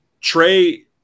Trey